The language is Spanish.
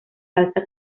salsa